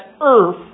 earth